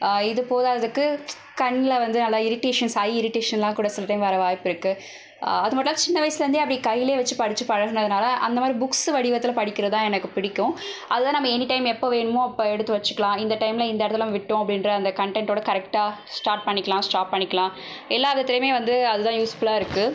இது போகாததுக்கு கண்ணில் வந்து நல்லா இரிடேஷன்ஸ் ஐ இரிடேஷன்லாம் கூட சில டைம் வர வாய்ப்புயிருக்கு அது மட்டுல்ல சின்ன வயசுலேந்தே அப்படி கையிலே வச்சி படிச்சு பழகினதுனால அந்த மாதிரி புக்ஸ் வடிவத்தில் படிக்கிறது தான் எனக்கு பிடிக்கும் அது தான் நம்ம எனி டைம் எப்போ வேணுமோ அப்போ எடுத்து வச்சுக்கலாம் இந்த டைமில் இந்த இடத்தில் நம்ம விட்டோம் அப்படின்ற அந்த கன்டன்டோடய கரெக்ட்டாக ஸ்டார்ட் பண்ணிக்கலாம் ஸ்டாப் பண்ணிக்கலாம் எல்லா விதத்துலேயுமே வந்து அதுதான் யூஸ்ஃபுல்லாக இருக்குது